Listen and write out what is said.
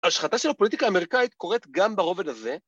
‫השחטה של הפוליטיקה האמריקאית ‫קורת גם ברובד הזה.